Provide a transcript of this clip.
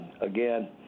again